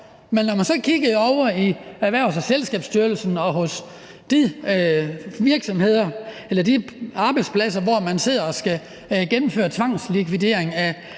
Men når man så kiggede ovre hos Erhvervsstyrelsen og på de arbejdspladser, hvor man sidder og skal gennemføre tvangslikvidering af